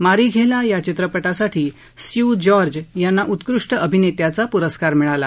Marighella या चित्रपटासाठी Seu Jorge यांना उत्कृष्ट अभिनेत्याचा पुरस्कार मिळाला